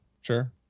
Sure